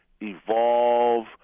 evolve